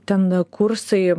ten kursai